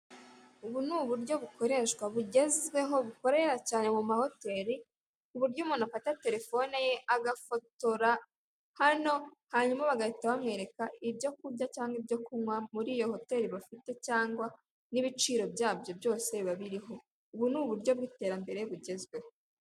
Ubu ni uburyo bukoreshwa bugezweho bukorera cyane mu mahoteri ku buryo umuntu afta terefone ye agafotora hano bagahita bamwereka ibyo kurya cyangwa ibyo kunywa muri iyo hoteri bafite cyangwa n'ibiciro byabyo byose biba biriho. Ubu ni uburyo bw'iterambere bugezweho.